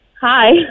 Hi